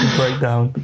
breakdown